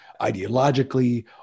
ideologically